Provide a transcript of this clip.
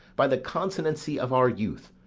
by the consonancy of our youth,